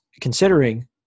considering